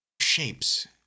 shapes